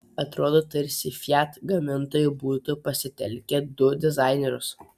atrodo tarsi fiat gamintojai būtų pasitelkę du dizainerius